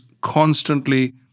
constantly